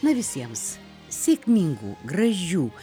na visiems sėkmingų gražių